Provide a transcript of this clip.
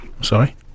Sorry